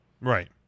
Right